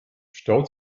staut